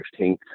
16th